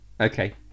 Okay